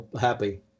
happy